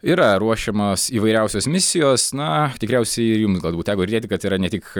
yra ruošiamos įvairiausios misijos na tikriausiai ir jums galbūt teko girdėti kad yra ne tik